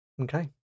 okay